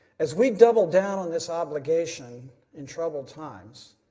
as we doubled down on this obligation in troubled times,